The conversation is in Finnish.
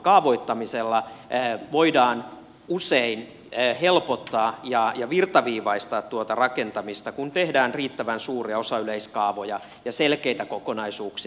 kaavoittamisella voidaan usein helpottaa ja virtaviivaistaa rakentamista kun tehdään riittävän suuria osayleiskaavoja ja selkeitä kokonaisuuksia